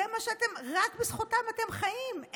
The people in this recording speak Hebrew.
רק בזכותם אתם חיים,